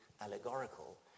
allegorical